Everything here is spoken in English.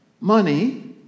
money